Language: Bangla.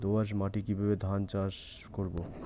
দোয়াস মাটি কিভাবে ধান চাষ করব?